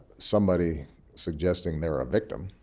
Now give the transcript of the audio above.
somebody suggesting they're a victim,